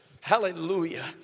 hallelujah